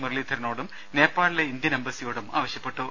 മുരളീധരനോടും നേപ്പാളിലെ ഇന്ത്യൻ എംബസിയോടും ആവശ്യപ്പെട്ടു